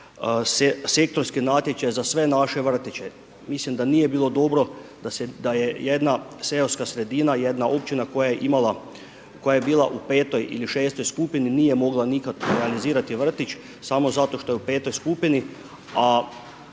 sektorske natječaje za sve naše vrtiće. Mislim da nije bilo dobro da je jedna seoska sredina, jedna općina koja je bila u 5. ili 6. skupini nije mogla nikako realizirati vrtić samo zato što je u 5. skupini, a